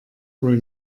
wohl